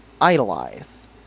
idolize